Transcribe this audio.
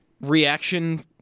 reaction